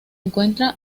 encuentra